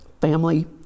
family